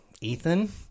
Ethan